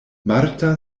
marta